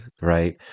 right